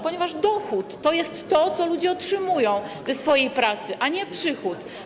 Ponieważ dochód to jest to, co ludzie otrzymują ze swojej pracy, a nie przychód.